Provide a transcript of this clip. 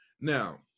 Now